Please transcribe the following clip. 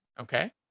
Okay